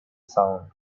sound